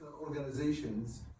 organizations